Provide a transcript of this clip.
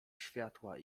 światła